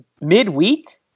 midweek